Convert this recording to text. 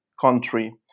country